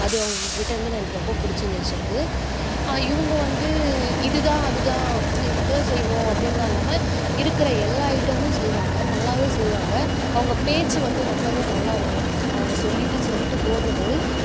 அது அவங்கக் கிட்டேருந்து நான் எனக்கு ரொம்ப பிடிச்சிருந்துச்சு அது இவங்க வந்து இது தான் அது தான் இது மட்டும்தான் செய்வோம் அப்படின்லாம் இல்லாமல் இருக்கிற எல்லா ஐட்டமும் செய்வாங்க நல்லாவே செய்வாங்க அவங்க பேச்சு வந்து ரொம்பவே நல்லாயிருக்கும் அவங்க சொல்லிட்டு சொல்லிட்டு போடுறது